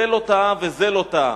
זה לא טעה וזה לא טעה,